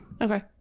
Okay